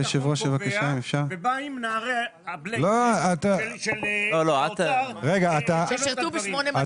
קובע ובאים נערי הבלייזרים של האוצר --- ששירתו ב-8200.